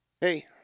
Hey